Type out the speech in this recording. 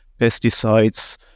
pesticides